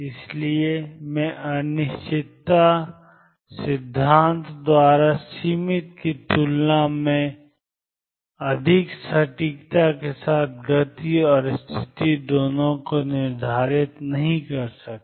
इसलिए मैं अनिश्चितता सिद्धांत द्वारा सीमित की तुलना में अधिक सटीकता के साथ गति और स्थिति दोनों को निर्धारित नहीं कर सकता